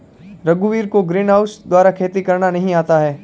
रघुवीर को ग्रीनहाउस द्वारा खेती करना नहीं आता है